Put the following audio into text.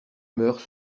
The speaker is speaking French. meures